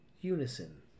unison